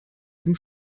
dem